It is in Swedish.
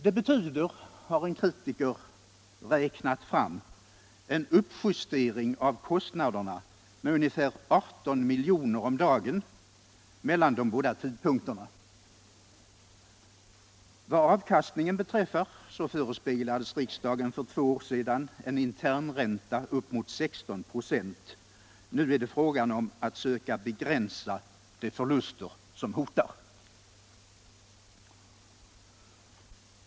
Det betyder — har en kritiker räknat ut — en uppjustering av kostnaderna med ungefär 18 miljoner om dagen mellan de båda tidpunkterna. Vad avkastningen beträffar förespeglades riksdagen för två år sedan en internränta på upp emot 16 "6. Nu är det fråga om att söka begränsa de förluster som hotar.